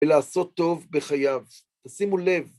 ולעשות טוב בחייו, שימו לב.